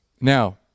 Now